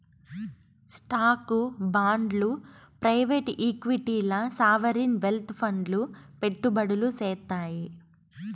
స్టాక్లు, బాండ్లు ప్రైవేట్ ఈక్విటీల్ల సావరీన్ వెల్త్ ఫండ్లు పెట్టుబడులు సేత్తాయి